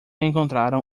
encontraram